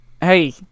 hey